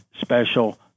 special